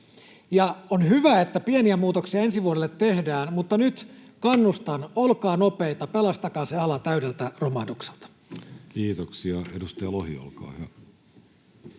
On hyvä, että pieniä muutoksia ensi vuodelle tehdään. Mutta nyt kannustan: olkaa nopeita, pelastakaa se ala täydeltä romahdukselta. Kiitoksia. — Edustaja Lohi, olkaa hyvä.